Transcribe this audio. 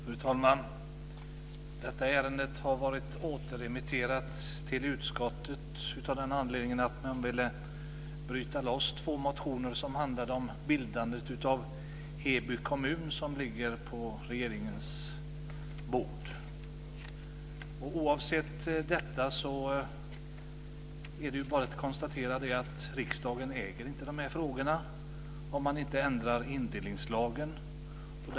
Fru talman! Detta ärende har ju varit återremitterat till bostadsutskottet, av den anledningen att man ville bryta loss två motioner som handlar om bildandet av Heby kommun - ett ärende som ligger på regeringens bord. Oavsett detta är det bara att konstatera att riksdagen inte äger sådana här frågor, såvida inte indelningslagen ändras.